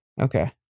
Okay